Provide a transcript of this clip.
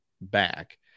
back